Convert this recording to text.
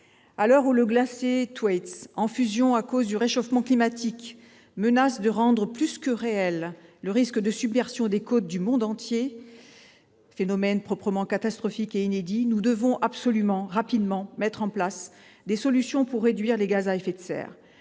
l'heure où le glacier Thwaites, en fusion à cause du réchauffement climatique, menace de rendre plus que réel le risque de submersion des côtes du monde entier, phénomène proprement catastrophique et inédit, nous devons absolument et rapidement mettre en place des solutions pour réduire les gaz à effet de serre,